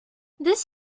this